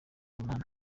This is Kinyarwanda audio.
umunani